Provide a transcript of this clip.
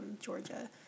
Georgia